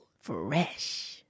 Fresh